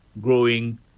growing